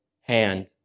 hand